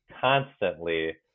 constantly